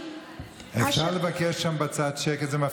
אפשר לבקש שקט שם בצד?